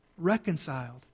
Reconciled